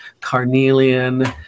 carnelian